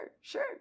sure